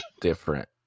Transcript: different